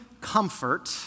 comfort